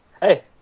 Hey